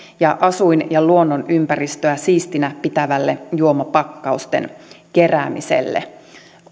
ja asuin ja luonnonympäristöä siistinä pitävälle juomapakkausten keräämiselle